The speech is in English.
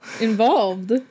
involved